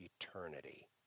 eternity